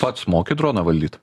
pats moki droną valdyt